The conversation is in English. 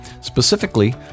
Specifically